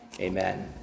Amen